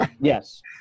Yes